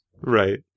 Right